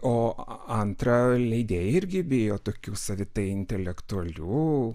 o antra leidėjai irgi bijo tokių savitai intelektualių